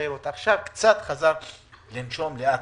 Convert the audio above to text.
עכשיו הוא חוזר לנשום לאט-לאט.